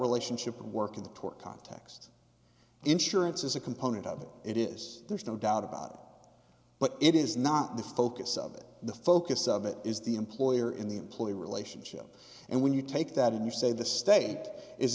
relationship and work in the context insurance is a component of it is there's no doubt about it but it is not the focus of it the focus of it is the employer in the employee relationship and when you take that and you say the state is